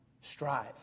strive